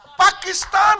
Pakistan